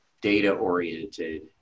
data-oriented